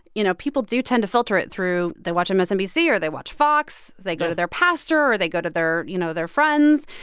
you know, people do tend to filter it through. they watch msnbc or they watch fox. they go to their pastor or they go to their you know, their friends.